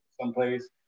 someplace